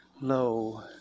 Lo